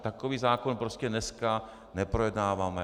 Takový zákon prostě dnes neprojednáváme.